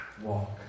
walk